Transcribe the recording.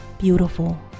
beautiful